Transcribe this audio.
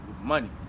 money